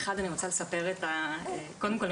קודם כל,